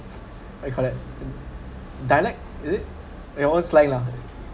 what we called that dialect is it your own slang lah